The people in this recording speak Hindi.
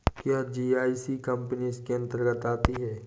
क्या जी.आई.सी कंपनी इसके अन्तर्गत आती है?